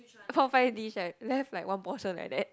four five dish right left like one portion like that